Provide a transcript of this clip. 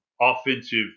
offensive